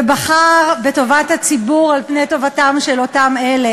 ובחר בטובת הציבור על-פני טובתם של אותם אלה